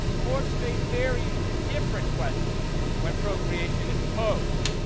courts face very different questions when procreation is imposed.